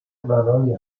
ورای